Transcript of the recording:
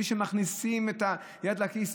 בלי שמכניסים את היד לכיס,